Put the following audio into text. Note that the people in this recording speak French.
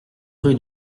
rue